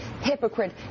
hypocrite